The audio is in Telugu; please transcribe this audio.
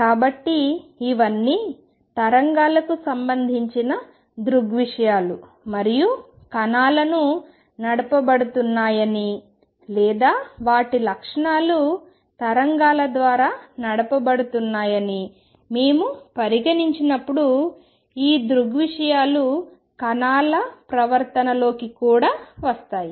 కాబట్టి ఇవన్నీ తరంగాలకు సంబంధించిన దృగ్విషయాలు మరియు కణాలను నడపబడుతున్నాయని లేదా వాటి లక్షణాలు తరంగాల ద్వారా నడపబడుతున్నాయని మేము పరిగణించినప్పుడు ఈ దృగ్విషయాలు కణాల ప్రవర్తనలోకి కూడా వస్తాయి